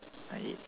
ninety eight